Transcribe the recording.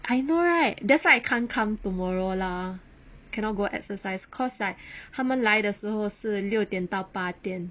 I know right that's why I can't come tomorrow lah cannot go exercise cause like 他们来的时候是六点到八点